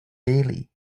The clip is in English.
daily